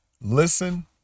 listen